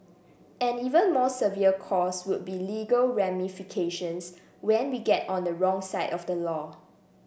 an even more severe cost would be legal ramifications when we get on the wrong side of the law